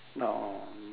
no